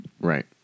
right